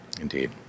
Indeed